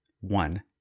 One